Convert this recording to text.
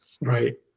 Right